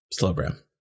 Slowbro